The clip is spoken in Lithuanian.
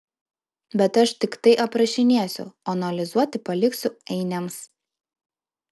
bet aš tiktai aprašinėsiu o analizuoti paliksiu ainiams